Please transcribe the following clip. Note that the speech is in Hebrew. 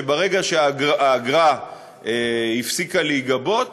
ברגע שהאגרה הפסיקה להיגבות,